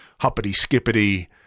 hoppity-skippity